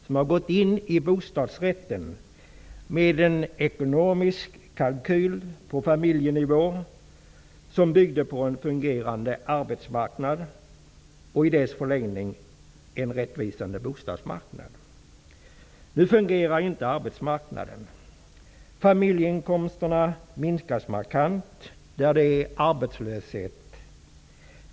De har gått in i bostadsrätten med en ekonomisk kalkyl på familjenivå som byggde på en fungerande arbetsmarknad och i dess förlängning en rättvis bostadsmarknad. Nu fungerar inte arbetsmarknaden. Familjeinkomsterna minskas markant där det är arbetslöshet.